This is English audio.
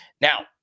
Now